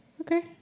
Okay